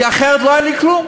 כי אחרת לא היה לי כלום,